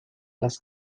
las